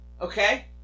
Okay